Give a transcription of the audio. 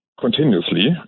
continuously